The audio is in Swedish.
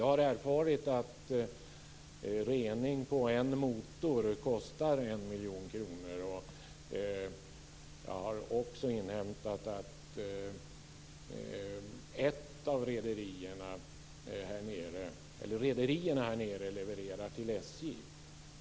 Jag har erfarit att rening på en motor kostar en miljon kronor. Jag har också inhämtat att rederierna här nere levererar till SJ.